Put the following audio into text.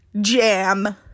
Jam